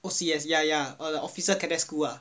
O_C_S ya ya err the officer cadet school ah